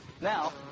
Now